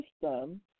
system